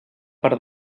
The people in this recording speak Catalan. per